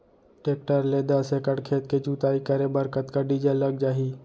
Tractor ले दस एकड़ खेत के जुताई करे बर कतका डीजल लग जाही?